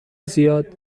زیاد